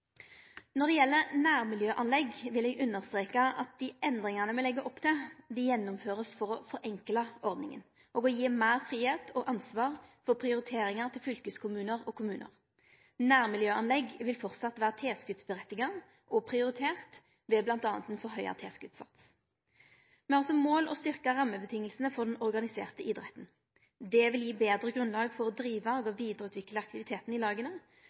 Når det gjeld nærmiljøanlegg, vil eg understreke at dei endringane me legg opp til, vert gjennomførte for å forenkle ordninga og å gi meir fridom og ansvar for prioriteringar til fylkeskommunar og kommunar. Nærmiljøanlegg vil framleis ha rett til tilskot og vere priorierte m.a. ved ein auka sats for tilskot. Me har som mål å styrke rammevilkåra for den organiserte idretten. Det vil gi betre grunnlag for å drive og vidareutvikle aktiviteten i laga.